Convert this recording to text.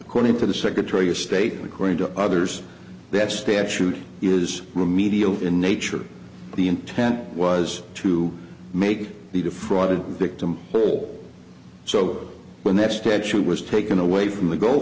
according to the secretary of state according to others that statute is remedial in nature the intent was to make the defrauded victim whole so when that statue was taken away from the go